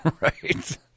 Right